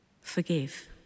Forgive